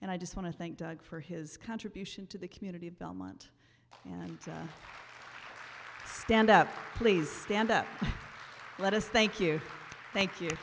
and i just want to thank god for his contribution to the community of belmont and stand up please stand up let us thank you thank you